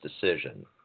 decision